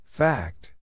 Fact